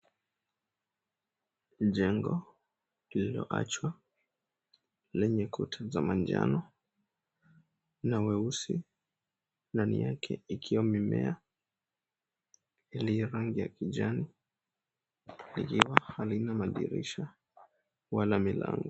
Jengo lililo achwa lenye ukuta wa manjano na mieusi ndani yake ikiwa na mimea iliyo rangi ya kijani na halina madirisha wala milango.